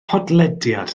podlediad